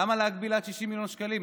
למה להגביל עד 60 מיליון שקלים?